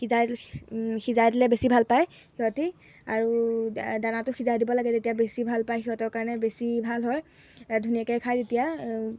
সিজাই সিজাই দিলে বেছি ভাল পায় সিহঁতি আৰু দা দানাটো সিজাই দিব লাগে তেতিয়া বেছি ভাল পায় সিহঁতৰ কাৰণে বেছি ভাল হয় ধুনীয়াকৈ খায় তেতিয়া